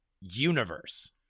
universe